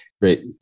great